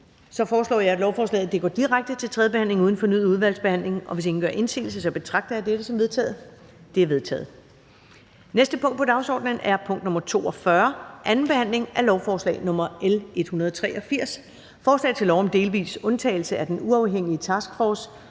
Jeg foreslår, at lovforslagene går direkte til tredje behandling uden fornyet udvalgsbehandling. Hvis ingen gør indsigelse, betragter jeg dette som vedtaget. Det er vedtaget. --- Det næste punkt på dagsordenen er: 46) 2. behandling af lovforslag nr. L 191: Forslag til lov om ændring af sundhedsloven.